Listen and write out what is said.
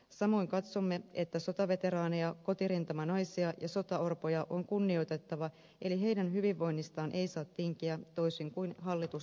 samoin katsomme että sotaveteraaneja kotirintamanaisia ja sotaorpoja on kunnioitettava eli heidän hyvinvoinnistaan ei saa tinkiä toisin kuin hallitus aikoo tehdä